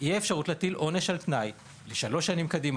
שיהיה אפשר להטיל עונש "על תנאי" לשלוש שנים קדימה,